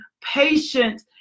patient